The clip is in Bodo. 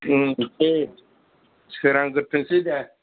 दे सोरां ग्रोथोंसै दे